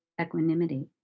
equanimity